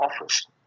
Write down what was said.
office